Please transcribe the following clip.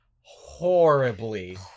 horribly